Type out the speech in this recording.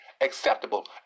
acceptable